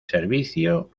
servicio